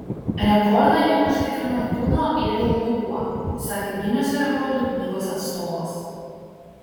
rekordą jam užtikrino tuno ėdalo dubuo sakė gineso rekordų knygos atstovas